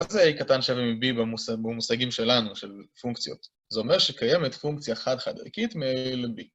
מה זה A קטן שווה מ-B במושגים שלנו, של פונקציות. זה אומר שקיימת פונקציה חד חד ערכית מ-A ל-B